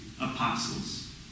apostles